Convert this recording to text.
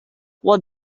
what